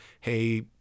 hey